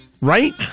right